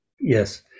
Yes